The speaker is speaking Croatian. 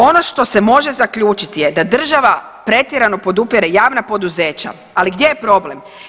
Ono što se može zaključit je da država pretjerano podupire javna poduzeća, ali gdje je problem?